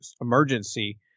emergency